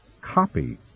copy